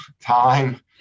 time